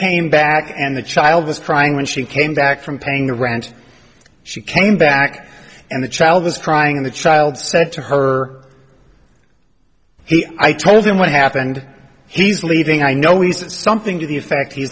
came back and the child was crying when she came back from paying the rent she came back and the child was crying in the child said to her he i told him what happened he's leaving i know he's something to the effect